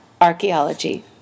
archaeology